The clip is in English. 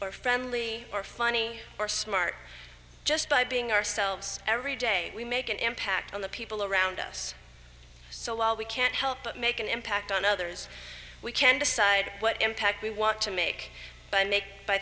or friendly or funny or smart just by being ourselves every day we make an impact on the people around us so while we can't help but make an impact on others we can decide what impact we want to make b